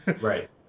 right